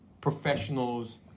professionals